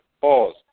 Pause